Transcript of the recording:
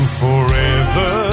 forever